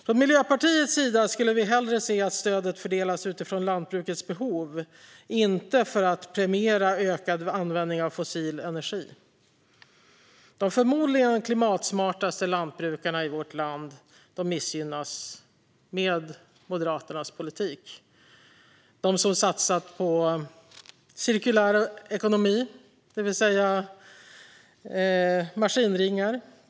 Från Miljöpartiets sida skulle vi hellre se att stödet fördelas utifrån lantbrukets behov och inte för att premiera ökad användning av fossil energi. De förmodligen klimatsmartaste lantbrukarna i vårt land missgynnas med Moderaternas politik. Det är de som satsat på cirkulär ekonomi, till exempel maskinringar.